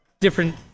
different